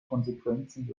konsequenzen